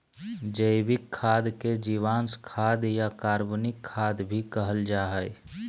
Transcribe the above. जैविक खाद के जीवांश खाद या कार्बनिक खाद भी कहल जा हइ